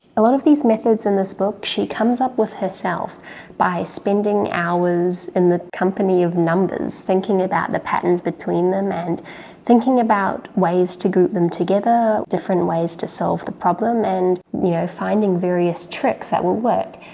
a lot of these methods in this book she comes up with herself by spending hours in the company of numbers, thinking about the patterns between them and thinking about ways to group them together, together, different ways to solve the problem, and you know finding various tricks that will work.